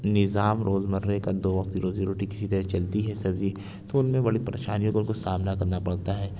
نظام روز مرہ کا دو وقت کی روزی روٹی کسی طرح چلتی ہے سبزی تو ان میں بڑی پریشانیوں کا ان کو سامنا کرنا پڑتا ہے